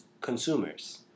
consumers